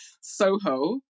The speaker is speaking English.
Soho